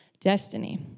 Destiny